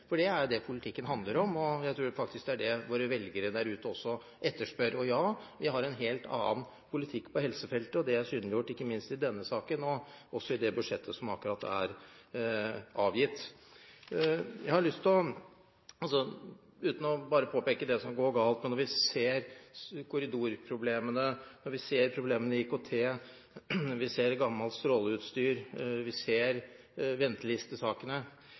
Det er jo det politikken handler om, og jeg tror faktisk det er det våre velgere der ute også etterspør. Ja, vi har en helt annen politikk på helsefeltet, og det er synliggjort ikke minst i denne saken og også i det budsjettet som akkurat er avgitt. Uten bare å påpeke det som går galt, har jeg lyst til – når vi ser korridorproblemene, problemene i IKT, gammelt stråleutstyr, ventelistesakene